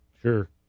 Sure